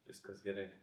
viskas gerai